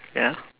ya